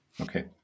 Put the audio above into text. Okay